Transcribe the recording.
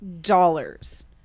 dollars